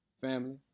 Family